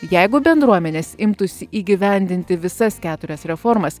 jeigu bendruomenės imtųsi įgyvendinti visas keturias reformas